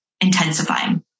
intensifying